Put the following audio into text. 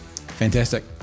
Fantastic